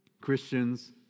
Christians